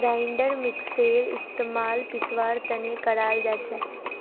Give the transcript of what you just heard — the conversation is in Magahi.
ग्राइंडर मिक्सरेर इस्तमाल पीसवार तने कराल जाछेक